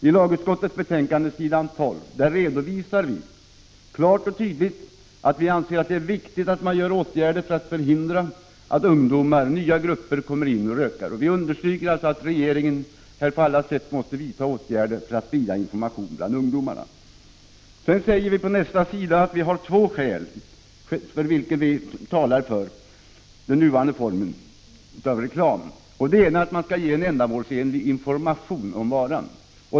I lagutskottets betänkande, på s. 12, redovisar vi klart och tydligt att vi anser att det är viktigt att förhindra att ungdomar — nya grupper — blir rökare. Vi understryker att regeringen på alla sätt måste vidta åtgärder för att sprida information bland ungdomarna. Sedan säger vi på nästa sida att två skäl talar för den nuvarande formen av reklam. Det ena är att man skall ge en ändamålsenlig information om varan.